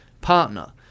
partner